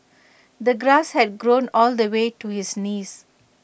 the grass had grown all the way to his knees